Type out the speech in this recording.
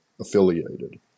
Affiliated